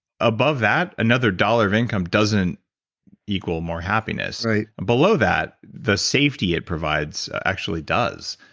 above that, another dollar of income doesn't equal more happiness. below that, the safety it provides actually does.